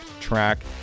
track